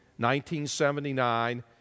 1979